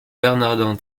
bernardin